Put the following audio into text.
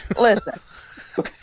Listen